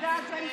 תודה רבה.